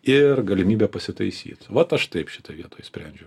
ir galimybę pasitaisyt vat aš taip šitoj vietoj sprendžiu